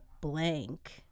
blank